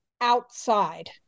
outside